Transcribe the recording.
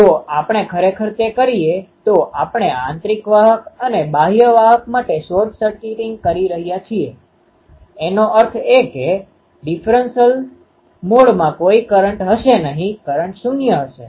જો આપણે ખરેખર તે કરીએ તો આપણે આંતરિક વાહક અને બાહ્ય વાહક માટે શોર્ટ સર્કીટીંગ કરી રહ્યા છીએ એનો અર્થ એ કે ડિફરન્સલ મોડમાં કોઈ કરંટ હશે નહીં કરંટ 0 હશે